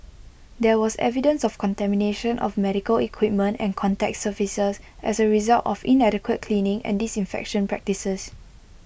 there was evidence of contamination of medical equipment and contact surfaces as A result of inadequate cleaning and disinfection practices